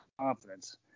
confidence